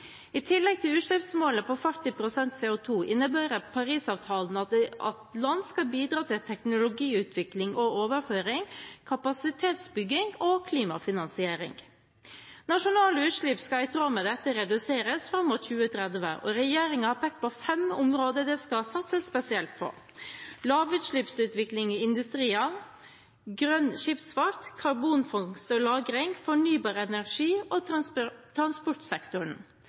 I tillegg til utslippsmålet på 40 pst. CO2 innebærer Paris-avtalen at land skal bidra til teknologiutvikling og -overføring, kapasitetsbygging og klimafinansiering Nasjonale utslipp skal i tråd med dette reduseres fram mot 2030, og regjeringen har pekt på fem områder det skal satses spesielt på: lavutslippsutvikling i industriene, grønn skipsfart, karbonfangst og -lagring, fornybar energi og transportsektoren.